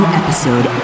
episode